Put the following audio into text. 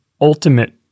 ultimate